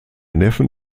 neffen